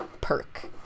perk